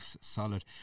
solid